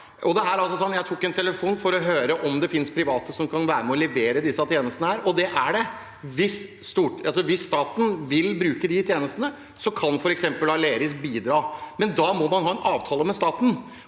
Jeg tok en telefon for å høre om det finnes private som kan være med og levere disse tjenestene, og det er det. Hvis staten vil bruke de tjenestene, kan f.eks. Aleris bidra, men da må man ha en avtale med staten.